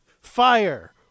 fire